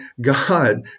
God